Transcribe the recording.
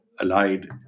allied